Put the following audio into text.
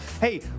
Hey